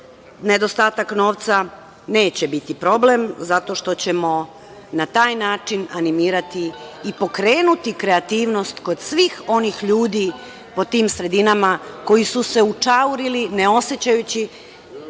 nedostatak novca neće biti problem zato što ćemo na taj način animirati i pokrenuti kreativnost kod svih onih ljudi po tim sredinama koji su se učaurili, ne osećajući